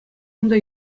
унта